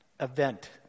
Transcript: event